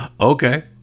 okay